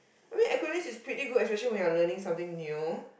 I mean acronym is pretty good especially when you're learning something new